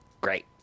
Great